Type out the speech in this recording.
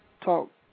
talk